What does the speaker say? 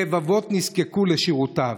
רבבות נזקקו לשירותיו.